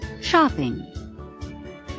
Shopping